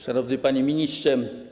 Szanowny Panie Ministrze!